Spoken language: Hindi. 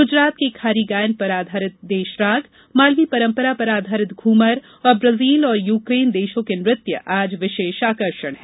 गुजरात के खारी गायन पर आधारित देशराग मालवी परंपरा पर आधारित घुमर और ब्राजील और यूकेन देशों के नृत्य आज विशेष आकर्षण हैं